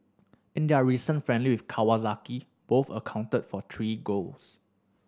in their recent friendly with Kawasaki both accounted for three goals